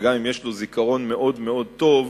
וגם אם יש לנו זיכרון מאוד מאוד טוב,